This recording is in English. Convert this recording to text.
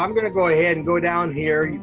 um gonna go ahead and go down here.